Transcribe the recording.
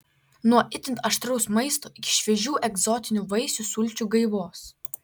nuo itin aštraus maisto iki šviežių egzotinių vaisių sulčių gaivos